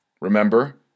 Remember